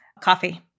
Coffee